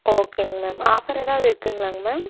ஓகேங்க ma'am offer ஏதாவது இருக்குங்களாங்க மேம்